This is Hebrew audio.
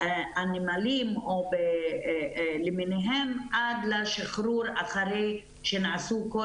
הנמלים למיניהם עד לשחרור אחרי שנעשו כל